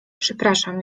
przepraszam